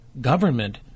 government